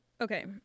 okay